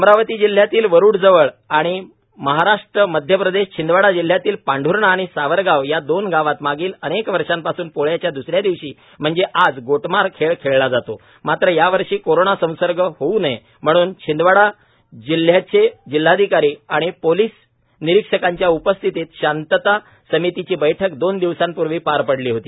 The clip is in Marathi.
अमरावती जिल्ह्यातील वरुडजवळ आणि महाराष्ट्र मध्य प्रदेश शिंदवाडा जिल्ह्यातील पांढर्णा आणि सावरगाव या दोन गावात मागील अनेक वर्षापासून पोळ्याच्या द्रसऱ्या दिवशी म्हणजे आज गोटमार खेळ खेळला जातो मात्र यावर्षी कोरोना संसर्ग होऊ नये म्हणून छिंदवाडा जिल्ह्याचे जिल्हाधिकारी आणि पोलिस निरीक्षकांच्या उपस्थितीत शांतता समितीची बैठक दोन दिवसांपूर्वी पार पडली होती